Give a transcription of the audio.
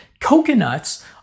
coconuts